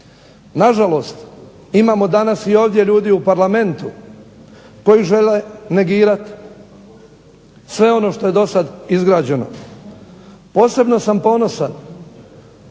Na žalost imamo danas i ovdje ljudi u parlamentu koji žele negirati sve ono što je do sada izgrađeno. Posebno sam ponosan